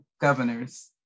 governor's